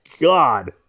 God